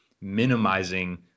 minimizing